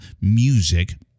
music